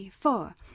four